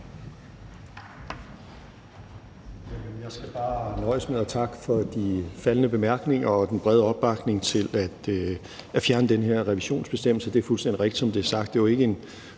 Jeg skal bare nøjes med at takke for de faldne bemærkninger og den brede opbakning til at fjerne den her revisionsbestemmelse. Det er fuldstændig rigtigt, som det er